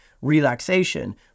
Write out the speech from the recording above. relaxation